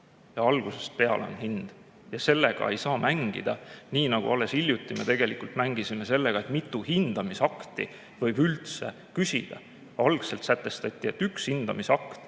algusest peale on hind ja sellega ei saa mängida, nii nagu alles hiljuti me tegelikult mängisime sellega, kui mitu hindamisakti võib üldse küsida. Algselt sätestati, et üks hindamisakt